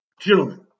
gentlemen